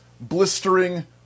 blistering